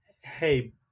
hey